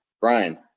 Brian